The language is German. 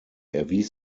erwies